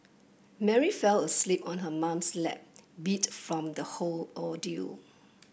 Mary fell asleep on her mom's lap beat from the whole ordeal